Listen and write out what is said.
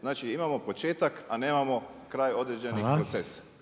znači imamo početak, a nemamo kraj određenih procesa.